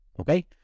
okay